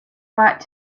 back